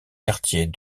quartiers